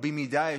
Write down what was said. רבים מדיי,